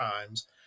times